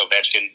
Ovechkin